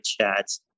chats